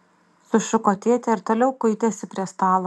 sušuko tėtė ir toliau kuitėsi prie stalo